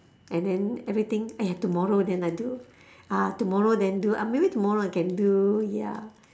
and then everything !aiya! tomorrow then I do ah tomorrow then do ah maybe tomorrow I can do ya